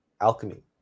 alchemy